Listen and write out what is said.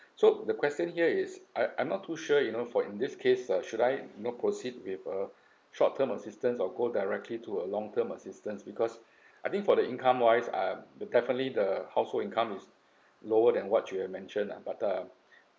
so the question here is I I'm not too sure you know for in this case uh should I you know proceed with a short term assistance or go directly to a long term assistance because I think for the income wise uh the definitely the household income is lower than what you've mentioned lah but uh